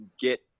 get